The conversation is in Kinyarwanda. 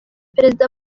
perezida